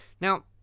Now